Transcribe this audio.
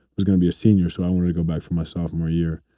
was going to be a senior so i wanted to go back for my sophomore year.